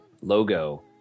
logo